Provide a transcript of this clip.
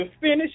finish